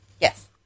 yes